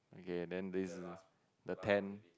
okay then this is the ten